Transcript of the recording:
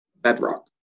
bedrock